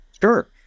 Sure